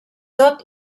tot